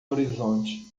horizonte